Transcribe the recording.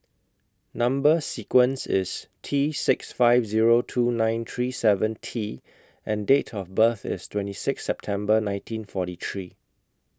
Number sequence IS T six five Zero two nine three seven T and Date of birth IS twenty six September nineteen forty three